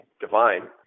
divine